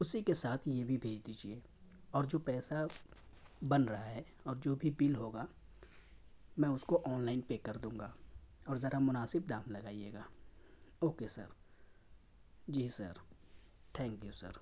اسی کے ساتھ یہ بھی بھیج دیجیئے اور جو پیسہ بن رہا ہے اور جو بھی بل ہوگا میں اس کو آن لائن پے کردوں گا اور ذرا مناسب دام لگائیے گا okay sir ji sir thank you sir